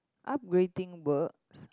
upgrading works